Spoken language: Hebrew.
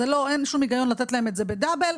אין שום היגיון לתת להם את זה בדאבל,